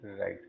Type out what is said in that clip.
Right